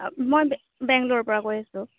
অঁ মই বেংলৰৰপৰা কৈ আছোঁ